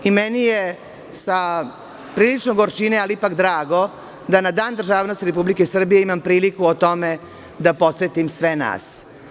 Meni je sa prilično gorčine, ali ipak drago da na Dan državnosti Republike Srbije imam priliku o tome da podsetim sve nas.